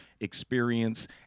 experience